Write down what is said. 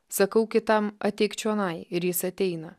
sakau kitam ateik čionai ir jis ateina